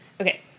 Okay